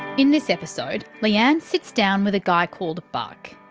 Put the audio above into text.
in this episode leanne sits down with a guy called buck,